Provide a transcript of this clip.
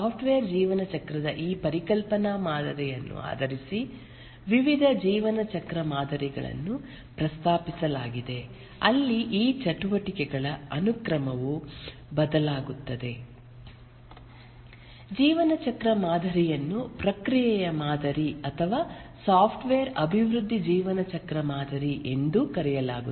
software ಜೀವನ ಚಕ್ರದ ಈ ಪರಿಕಲ್ಪನಾ ಮಾದರಿಯನ್ನು ಆಧರಿಸಿ ವಿವಿಧ ಜೀವನ ಚಕ್ರ ಮಾದರಿಗಳನ್ನು ಪ್ರಸ್ತಾಪಿಸಲಾಗಿದೆ ಅಲ್ಲಿ ಈ ಚಟುವಟಿಕೆಗಳ ಅನುಕ್ರಮವು ಬದಲಾಗುತ್ತದೆ ಜೀವನ ಚಕ್ರ ಮಾದರಿಯನ್ನು ಪ್ರಕ್ರಿಯೆಯ ಮಾದರಿ ಅಥವಾ ಸಾಫ್ಟ್ವೇರ್ ಅಭಿವೃದ್ಧಿ ಜೀವನಚಕ್ರ ಮಾದರಿ ಎಂದೂ ಕರೆಯಲಾಗುತ್ತದೆ